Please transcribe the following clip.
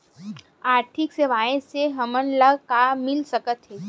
आर्थिक सेवाएं से हमन ला का मिल सकत हे?